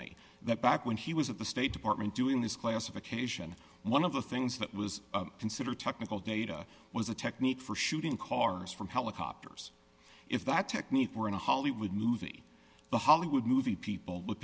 me that back when he was at the state department doing this classification one of the things that was considered technical data was a technique for shooting cars from helicopters if that technique were in a hollywood movie the hollywood movie people look